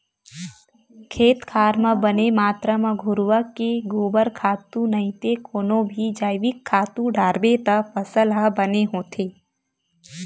खेत खार म बने मातरा म घुरूवा के गोबर खातू नइते कोनो भी जइविक खातू डारबे त फसल ह बने होथे